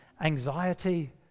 anxiety